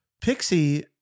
Pixie